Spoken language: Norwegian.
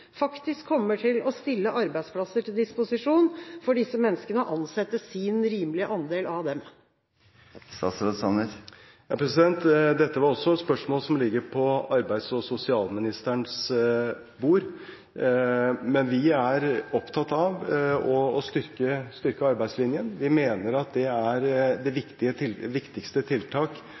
faktisk kommer til å stille arbeidsplasser til disposisjon for disse menneskene og ansette sin rimelige andel av dem? Dette er også et spørsmål som ligger på arbeids- og sosialministerens bord. Men vi er opptatt av å styrke arbeidslinjen. Vi mener at det viktigste tiltaket for å øke den enkeltes evne til